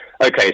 Okay